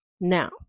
Now